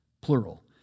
plural